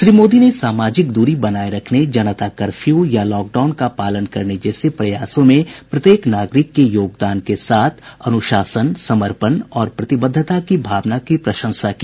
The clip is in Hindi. श्री मोदी ने सामाजिक दूरी बनाये रखने जनता कर्फ्यू या लॉकडाउन का पालन करने जैसे प्रयासों में प्रत्येक नागरिक के योगदान के साथ अनुशासन समर्पण और प्रतिबद्धता की भावना की प्रशंसा की